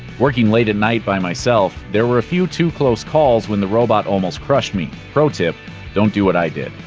working late at night by myself, there were a few too-close calls when the robot almost crushed me. pro tip don't do what i did.